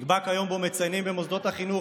נקבע ליום שבו מציינים במוסדות החינוך